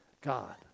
God